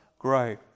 Grow